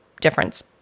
difference